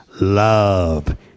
love